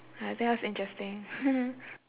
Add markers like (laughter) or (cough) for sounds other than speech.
oh that was interesting (laughs)